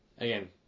Again